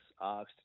asked